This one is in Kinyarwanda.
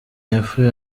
yapfuye